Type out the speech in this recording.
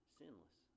sinless